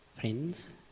Friends